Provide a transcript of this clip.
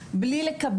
אולי.